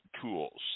tools